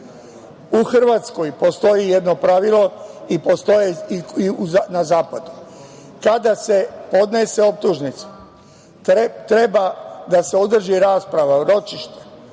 Hrvatskoj postoji jedno pravilo i na zapadu. Kada se podnese optužnica treba da se održi rasprava o ročištu